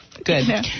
Good